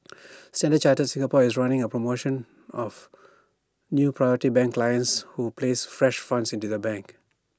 standard chartered Singapore is running A promotion of new priority banking clients who places fresh funds into the bank